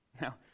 Now